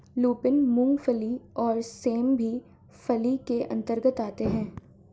lupin, मूंगफली और सेम भी फली के अंतर्गत आते हैं